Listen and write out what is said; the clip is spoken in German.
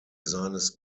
seines